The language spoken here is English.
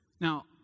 Now